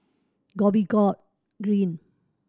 Dhoby Ghaut Green